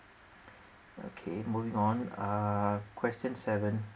okay moving on err question seven